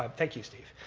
um thank you, steve.